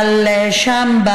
אבל שם,